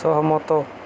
ସହମତ